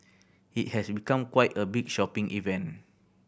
it has become quite a big shopping event